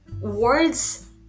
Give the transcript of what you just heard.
words